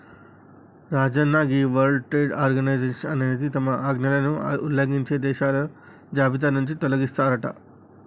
రాజన్న గీ World Trade Organization అనేది తమ ఆజ్ఞలను ఉల్లంఘించే దేశాల జాబితా నుంచి తొలగిస్తారట